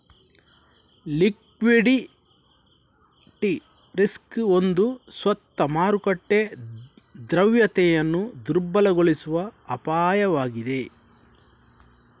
liquidity risk ಒಂದು ಸ್ವತ್ತು ಮಾರುಕಟ್ಟೆ ದ್ರವ್ಯತೆಯನ್ನು ದುರ್ಬಲಗೊಳಿಸುವ ಅಪಾಯವಾಗಿದೆ